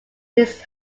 his